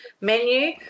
menu